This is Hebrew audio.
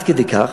עד כדי כך,